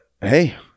hey